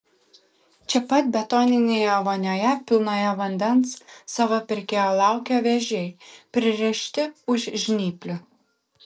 čia pat betoninėje vonioje pilnoje vandens savo pirkėjo laukia vėžiai pririšti už žnyplių